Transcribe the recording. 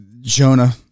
Jonah